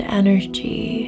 energy